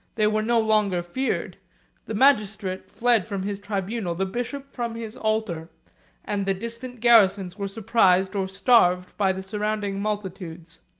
they were no longer feared the magistrate fled from his tribunal, the bishop from his altar and the distant garrisons were surprised or starved by the surrounding multitudes.